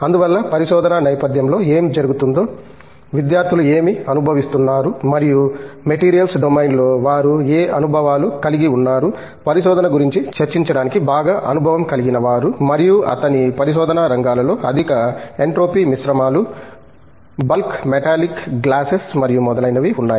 అందువల్ల పరిశోధనా నేపధ్యంలో ఏమి జరుగుతుందో విద్యార్థులు ఏమి అనుభవిస్తున్నారు మరియు మెటీరియల్స్ డొమైన్లో వారు ఏ అనుభవాలు కలిగి ఉన్నారు పరిశోధన గురించి చర్చించడానికి బాగా అనుభవం కలిగిన వారు మరియు అతని పరిశోధనా రంగాలలో అధిక ఎంట్రోపీ మిశ్రమాలు బల్క్ మెటాలిక్ గ్లాసెస్ మరియు మొదలైనవి ఉన్నాయి